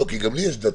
כי גם לי יש דת,